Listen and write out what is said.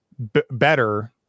better